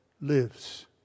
lives